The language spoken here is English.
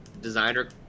designer